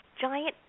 giant